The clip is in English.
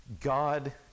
God